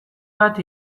bat